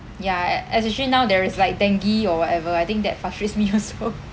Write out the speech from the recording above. ya e~ especially now there is like dengue or whatever I think that frustrates me also